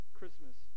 Christmas